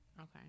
Okay